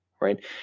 right